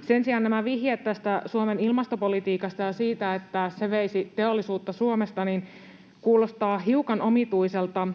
Sen sijaan nämä vihjeet Suomen ilmastopolitiikasta ja siitä, että se veisi teollisuutta Suomesta, kuulostavat hiukan omituisilta